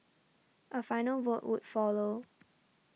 a final vote would follow